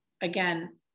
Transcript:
again